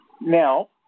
Now